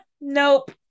nope